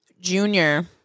junior